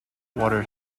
water